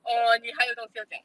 err 你还有东西要讲